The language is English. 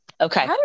Okay